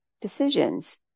decisions